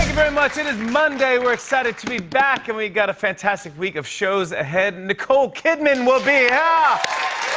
very much. it is monday. we're excited to be back, and we got a fantastic week of shows ahead. nicole kidman will be ah